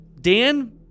Dan